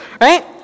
Right